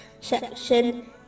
section